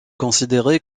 considéré